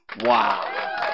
Wow